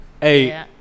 Hey